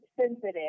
sensitive